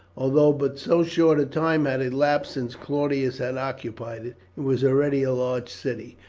although but so short a time had elapsed since claudius had occupied it, it was already a large city.